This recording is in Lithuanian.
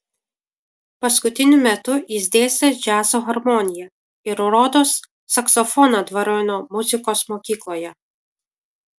paskutiniu metu jis dėstė džiazo harmoniją ir rodos saksofoną dvariono muzikos mokykloje